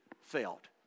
felt